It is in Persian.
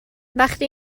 وقتی